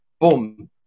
boom